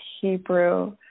Hebrew